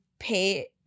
pay